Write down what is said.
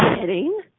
kidding